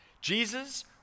Jesus